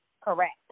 Correct